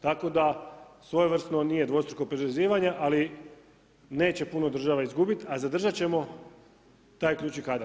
Tako da svojevrsno nije dvostruko oporezivanje ali neće puno država izgubiti a zadržati ćemo taj ključni kadar.